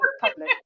public